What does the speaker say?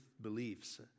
beliefs